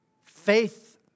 faith